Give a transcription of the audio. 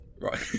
Right